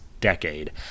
decade